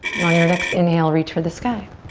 on your next inhale, reach for the sky.